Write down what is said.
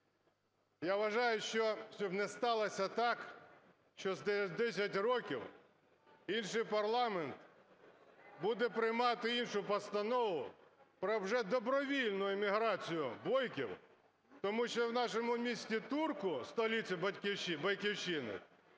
Я вважаю, що, щоб не сталося так, що через 10 років інший парламент буде приймати іншу постанову про вже добровільну еміграцію бойків, тому що в нашому місті Турці, столиці Бойківщини,